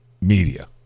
media